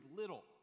little